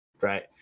right